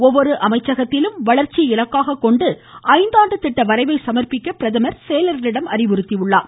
ஒவ்வொரு அமைச்சகத்திலும் வளர்ச்சியை இலக்காக கொண்டு ஐந்தாண்டு திட்ட வரைவை சமர்பிக்க பிரதமர் செயலர்களிடம் அறிவுறுத்தியுள்ளார்